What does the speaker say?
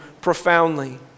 profoundly